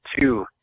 two